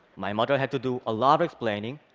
my mother had to do a lot of explaining,